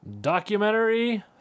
documentary